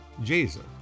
Jesus